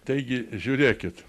taigi žiūrėkit